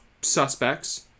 suspects